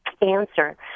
answer